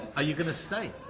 are you going to stay?